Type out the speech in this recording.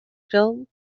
film